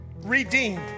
redeemed